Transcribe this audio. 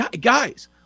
guys